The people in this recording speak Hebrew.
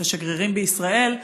את השגרירים בישראל,